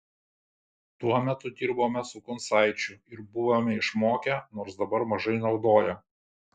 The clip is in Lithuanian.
tuo metu dirbome su kuncaičiu ir buvome išmokę nors dabar mažai naudoja